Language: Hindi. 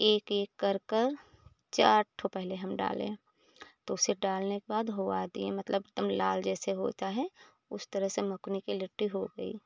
एक एक कर कर चार ठो पहले हम डाले तो उसे डालने के बाद होआ दिए मतलब दम लाल जैसे होता है उस तरह से मकुनी की लिट्टी हो गई